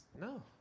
no